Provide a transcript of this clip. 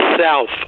south